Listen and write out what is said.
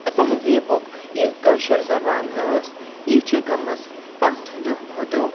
تہٕ تہذیٖبُک یہِ کٲشٕر زَبان ٲس یہِ چھِ گٔمٕژ پَتھ دۄہ کھۄ دۄہ